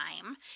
time